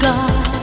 God